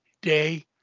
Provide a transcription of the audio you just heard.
day